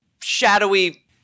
shadowy